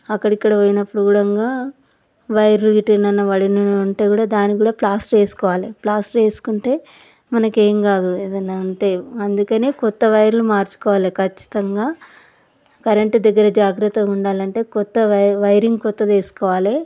అక్కడిక్కడ పోయినప్పుడు కూడా వైర్లు గిట్టా ఎటయినా పడినవి ఉంటే కూడా దానికి కూడా ప్లాస్టర్ వేసుకోవాలి ప్లాస్టర్ వేసుకుంటే మనకేం కాదు ఏదయినా ఉంటే అందుకనికొత్త వైర్లు మార్చుకోవాలి ఖచ్చితంగా కరెంటు దగ్గర జాగ్రత్తగా ఉండాడాలంటే కొత్త వై వైరింగ్ కొత్తది వేసుకోవాలి